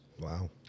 Wow